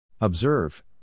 Observe